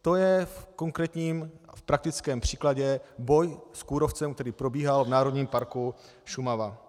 To je v konkrétním praktickém příkladě boje s kůrovcem, který probíhal v Národním parku Šumava.